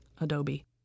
Adobe